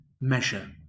measure